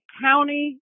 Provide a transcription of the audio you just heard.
county